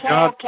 God